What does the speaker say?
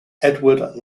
edward